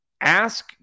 ask